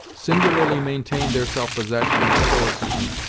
singularly maintain their self-possession and stoicism,